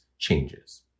Changes